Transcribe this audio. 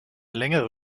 längere